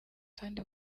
kandi